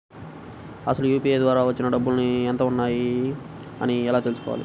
అసలు యూ.పీ.ఐ ద్వార వచ్చిన డబ్బులు ఎంత వున్నాయి అని ఎలా తెలుసుకోవాలి?